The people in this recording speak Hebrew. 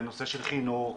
בנושא של חינוך,